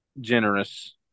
generous